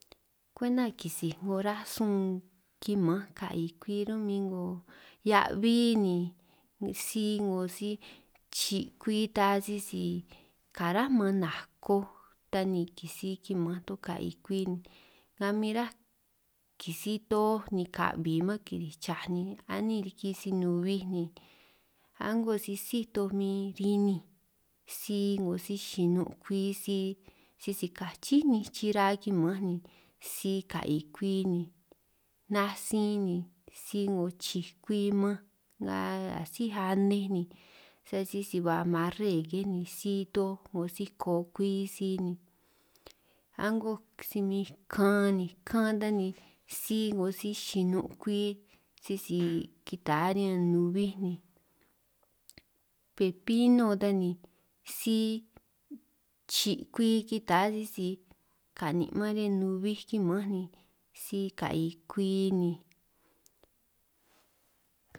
Kwenta kisij 'ngo rasun kimanj ka'i kwi ro'min 'ngo hia'aj 'bí ni sij 'ngo si chi' kwi ta sisi kará man nakoj, ta ni kisij kiman toj ka'ij kwi na min ráj kisij toj ni ka 'bi man kirij chaj ni a'nin riki si-nubij ni a'ngo si síj toj min rininj, si 'ngo si chinun' kwi si sisi kachí nninj chira kimanj sij ka'i kwi ni, natsin ni sij 'ngo chij kwi manj nga a síj anej ni, sa sisi ba marre ke ni si toj ngo si ko kwi si ni, a'ngo si min kan kan ni si 'ngo si chinun' kwi sisi kita riñan nubij ni, pepino ta ni sij chi' kwi kita sisi ka'nin' man riñan nubij kita ni si ka'i kwi ni.